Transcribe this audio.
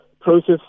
Process